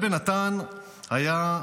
אדוני היושב-ראש,